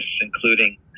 including